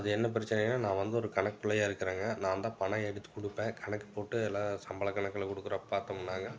அது என்ன பிரச்சினைன்னா நான் வந்து ஒரு கணக்கு பிள்ளையாக இருக்கிறேங்க நான்தான் பணம் எடுத்து கொடுப்பேன் கணக்கு போட்டு எல்லாம் சம்பள கணக்கெலாம் கொடுக்குற பார்த்தோம்னாங்க